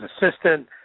assistant